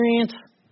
experience